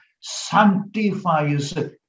Sanctifies